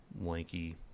lanky